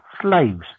slaves